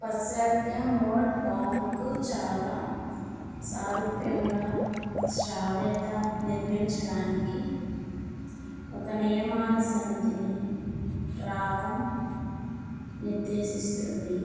పాశ్చాత్య మోడ్ భావనకు చాలా సారూప్యంగా శ్రావ్యత నిర్మించడానికి ఒక నియమాల సమితిని రాగం నిర్దేశిస్తుంది